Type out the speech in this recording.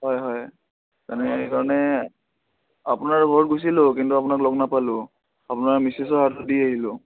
হয় হয় তেনে সেইকাৰণে আপোনাৰ ঘৰত গৈছিলোঁ কিন্তু আপোনাক লগ নাপালোঁ আপোনাৰ মিচেছৰ হাতত দি আহিলোঁ